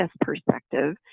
perspective